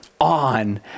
On